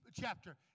chapter